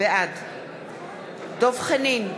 בעד דב חנין,